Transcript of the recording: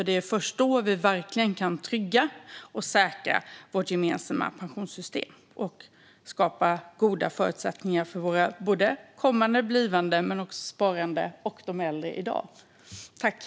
Det är först då som vi verkligen kan trygga och säkra vårt gemensamma pensionssystem och skapa goda förutsättningar för våra blivande pensionärer, för dem som är äldre i dag och för sparande.